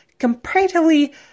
comparatively